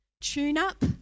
tune-up